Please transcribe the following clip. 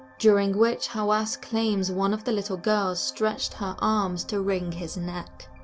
during which hawass claims one of the little girl's stretched her arms to wring his neck.